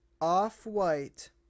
Off-White